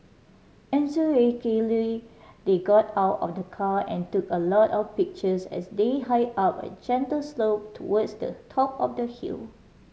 they got out of the car and took a lot of pictures as they hiked up a gentle slope towards the top of the hill